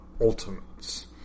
ultimates